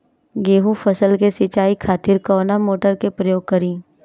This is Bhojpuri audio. गेहूं फसल के सिंचाई खातिर कवना मोटर के प्रयोग करी?